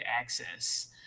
access